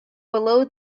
below